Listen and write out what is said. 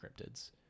cryptids